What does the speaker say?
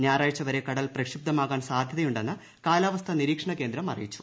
ഞായറാഴ്ചവരെ കടൽ പ്രക്ഷുബ്ധാമായിരിക്കാൻ സാധ്യതയുണ്ടെന്ന് കാലാവസ്ഥാ നിരീക്ഷണ കേന്ദ്രം അറിയിച്ചു